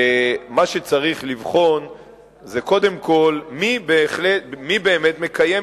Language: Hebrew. ומה שצריך לבחון זה קודם כול מי באמת מקיים